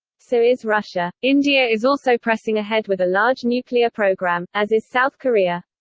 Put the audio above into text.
so is russia. india is also pressing ahead with a large nuclear program, as is south korea.